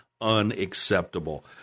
unacceptable